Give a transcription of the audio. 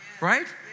Right